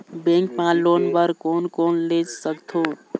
Bank मा loan बर कोन कोन ले सकथों?